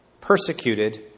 persecuted